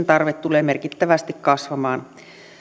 tarve tulee merkittävästi kasvamaan